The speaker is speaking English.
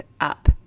up